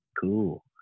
Cool